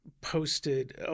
posted